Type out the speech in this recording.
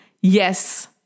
Yes